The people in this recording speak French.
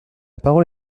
parole